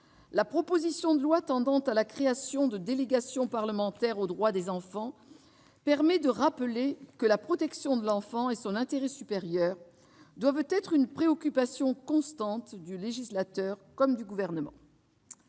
la proposition de loi tendant à la création de délégations parlementaires aux droits des enfants permet de rappeler que la protection de l'enfant et son intérêt supérieur doivent être une préoccupation constante du législateur, comme du Gouvernement.